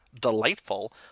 delightful